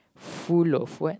full of what